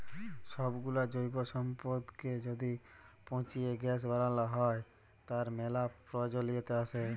সবগুলা জৈব সম্পদকে য্যদি পচিয়ে গ্যাস বানাল হ্য়, তার ম্যালা প্রয়জলিয়তা আসে